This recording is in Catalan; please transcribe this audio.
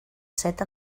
set